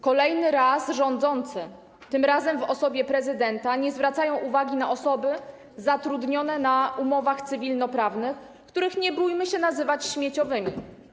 Kolejny raz rządzący, tym razem w osobie prezydenta, nie zwracają uwagi na osoby zatrudnione na umowach cywilnoprawnych, których nie bójmy się nazywać śmieciowymi.